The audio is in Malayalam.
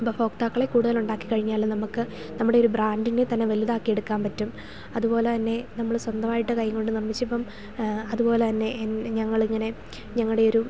ഉപഭോക്താക്കളെ കൂടുതൽ ഉണ്ടാക്കി കഴിഞ്ഞാൽ നമുക്ക് നമ്മുടെ ഒരു ബ്രാൻറ്റിനെ തന്നെ വലുതാക്കി എടുക്കാൻ പറ്റും അതുപോലെ തന്നെ നമ്മൾ സ്വന്തമായിട്ട് കൈ കൊണ്ട് നമ്മൾ ഇപ്പം അതുപോലെ തന്നെ ഞങ്ങൾ ഇങ്ങനെ ഞങ്ങളുടെ ഒരു